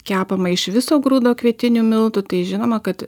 kepama iš viso grūdo kvietinių miltų tai žinoma kad